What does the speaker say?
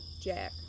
jack